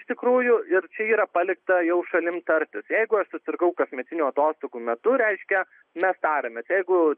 iš tikrųjų ir čia yra palikta jau šalim tartis jeigu aš susirgau kasmetinių atostogų metu reiškia mes tariamės jeigu